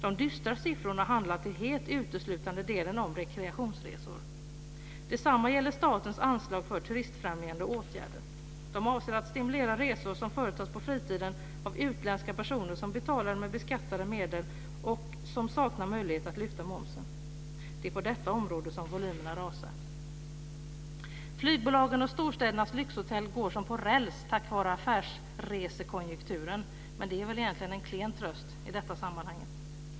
De dystra siffrorna handlar uteslutande om rekreationsresor. Detsamma gäller statens anslag för turistfrämjande åtgärder. Avsikten är att stimulera resor som företas på fritiden av utländska personer som betalar med beskattade medel och som saknar möjlighet att lyfta momsen. Det är på detta område som volymerna rasar. För flygbolagen och storstädernas lyxhotell går det som på räls tack vare affärsresekonjunkturen men det är väl egentligen en klen tröst i sammanhanget.